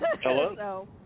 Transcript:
Hello